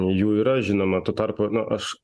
jų yra žinoma tuo tarpu na aš